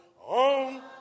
on